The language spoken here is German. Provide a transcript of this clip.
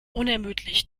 unermüdlich